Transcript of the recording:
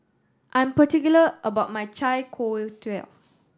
I'm particular about my